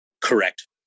Correct